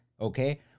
okay